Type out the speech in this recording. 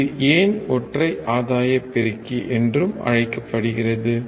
இது ஏன் ஒற்றை ஆதாய பெருக்கி என்றும் அழைக்கப்படுகிறது